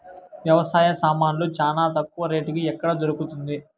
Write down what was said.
వ్యవసాయ సామాన్లు చానా తక్కువ రేటుకి ఎక్కడ దొరుకుతుంది?